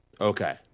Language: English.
Okay